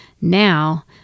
now